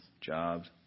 jobs